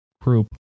group